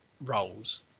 roles